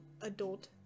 adult